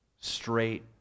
straight